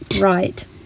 right